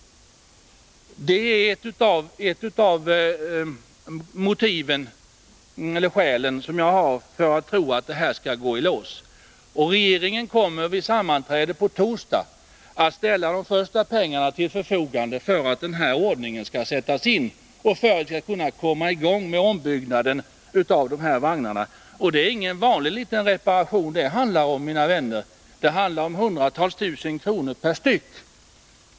Detta besked är ett av skälen till att jag tror att det hela skall gå i lås. Regeringen kommer också vid sammanträdet på torsdag att ställa de första pengarna till förfogande för att planerna skall kunna sättas i verket och för att man skall kunna komma i gång med ombyggnaden av de här vagnarna per omgående. Och det handlar då inte om någon vanlig liten reparation, mina vänner, utan det handlar om hundratusentals kronor per vagn.